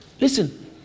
Listen